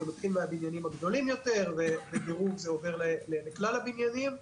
זה מתחיל מהבניינים הגדולים יותר ובדירוג זה עובר לכלל הבניינים.